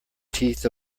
teeth